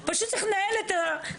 זהו, פשוט צריך לנהל את הדיון.